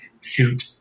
shoot